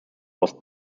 was